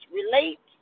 relate